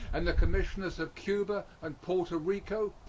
and the commissioners of cuba and porto rico,